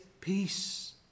peace